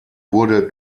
wurde